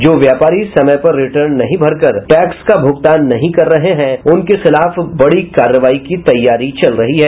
जो व्यापारी समय पर रिटर्न नहीं भरकर टैक्स का भुगतान नहीं कर रहे हैं उनके खिलाफ बड़ी कार्रवाई की तैयारी चल रही है